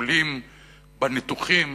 בטיפולים ובניתוחים.